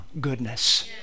goodness